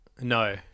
No